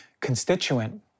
constituent